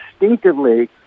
distinctively